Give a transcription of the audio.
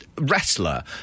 wrestler